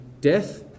death